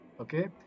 okay